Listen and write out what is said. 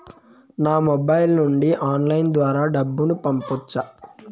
నా మొబైల్ నుండి ఆన్లైన్ ద్వారా డబ్బును పంపొచ్చా